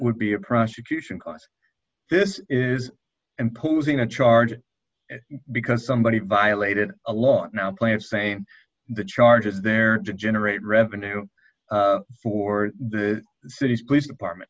would be a prosecution because this is and posing a charge because somebody violated a law now plant saying that charted there to generate revenue for the city's police department